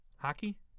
Hockey